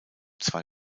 zwei